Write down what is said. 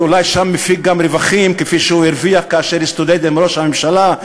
ואולי מפיק שם גם רווחים כפי שהוא הרוויח כאשר הסתודד עם ראש הממשלה,